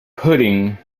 pudding